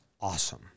awesome